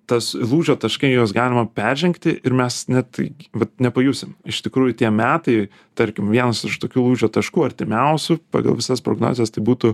tas lūžio taškai juos galima peržengti ir mes net vat nepajusim iš tikrųjų tie metai tarkim vienas iš tokių lūžio taškų artimiausių pagal visas prognozes tai būtų